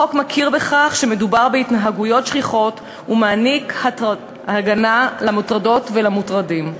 החוק מכיר בכך שמדובר בהתנהגויות שכיחות ונותן הגנה למוטרדות ולמוטרדים.